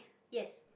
yes